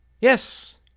Yes